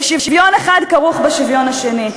ושוויון אחד כרוך בשוויון השני.